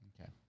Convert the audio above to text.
Okay